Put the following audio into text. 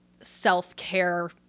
self-care